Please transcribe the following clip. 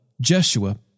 Jeshua